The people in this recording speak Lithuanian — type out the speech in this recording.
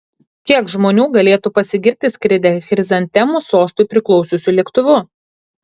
kiek žmonių galėtų pasigirti skridę chrizantemų sostui priklausiusiu lėktuvu